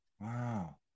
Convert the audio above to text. wow